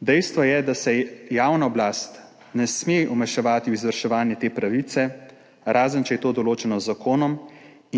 Dejstvo je, da se javna oblast ne sme vmešavati v izvrševanje te pravice, razen če je to določeno z zakonom